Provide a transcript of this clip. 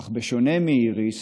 אך בשונה מאיריס,